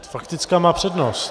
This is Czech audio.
Faktická má přednost!